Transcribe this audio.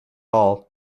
all